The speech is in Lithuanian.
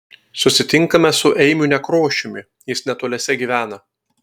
susitinkame su eimiu nekrošiumi jis netoliese gyvena